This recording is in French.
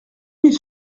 mille